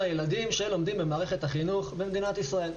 ילדים שלומדים במערכת החינוך במדינת ישראל.